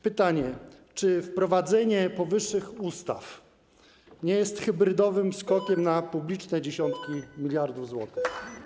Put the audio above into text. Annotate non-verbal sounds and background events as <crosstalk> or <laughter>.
Pytanie: Czy wprowadzenie powyższych ustaw nie jest hybrydowym skokiem <noise> na publiczne dziesiątki miliardów złotych?